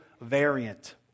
variant